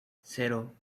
cero